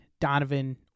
Donovan